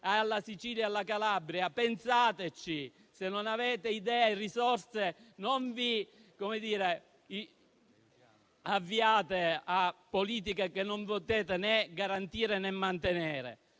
alla Sicilia e alla Calabria? Pensateci. Se non avete idee e risorse, non vi avviate a fare politiche che non potete né garantire né mantenere.